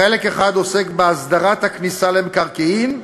חלק אחד עוסק בהסדרת הכניסה למקרקעין,